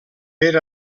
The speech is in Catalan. per